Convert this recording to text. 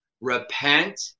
repent